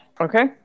Okay